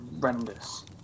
horrendous